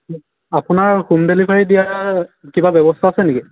আপোনাৰ home delivery দিয়া কিবা ব্যৱস্থা আছে নেকি